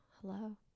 Hello